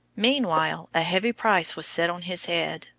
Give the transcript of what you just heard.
meanwhile a heavy price was set on his head.